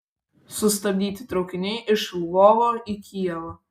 sustabdyti traukiniai iš lvovo į kijevą